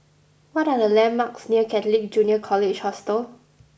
what are the landmarks near Catholic Junior College Hostel